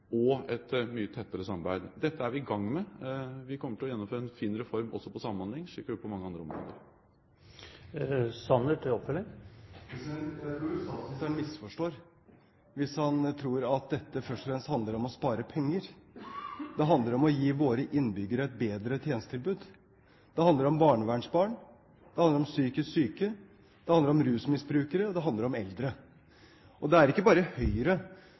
og et mye tettere samarbeid. Dette er vi i gang med. Vi kommer til å gjennomføre en fin reform også på samhandling, slik vi har gjort på mange andre områder. Jeg tror statsministeren misforstår hvis han tror at dette først og fremst handler om å spare penger. Det handler om å gi våre innbyggere et bedre tjenestetilbud. Det handler om barnevernsbarn, det handler om psykisk syke, det handler om rusmisbrukere, og det handler om eldre. Det er ikke bare Høyre